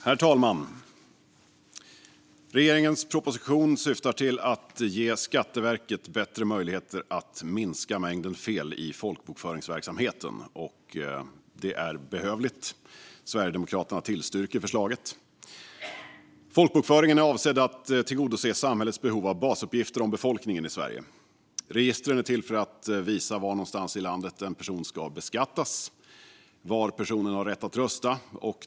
Herr talman! Regeringens proposition syftar till att ge Skatteverket bättre möjligheter att minska mängden fel i folkbokföringsverksamheten, och det är behövligt. Sverigedemokraterna tillstyrker förslaget. Folkbokföringen är avsedd att tillgodose samhällets behov av basuppgifter om befolkningen i Sverige. Registren är till för att visa var någonstans i landet en person ska beskattas och var personen har rätt att rösta.